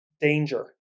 Danger